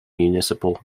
municipal